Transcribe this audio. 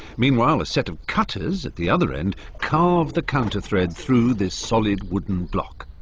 meanwhile, a set of cutters at the other end carve the counter-thread through this sold wooden block.